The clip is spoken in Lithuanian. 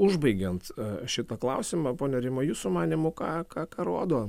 užbaigiant šitą klausimą ponia rima jūsų manymu ką ką ką rodo